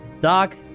Doc